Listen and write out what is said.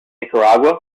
nicaragua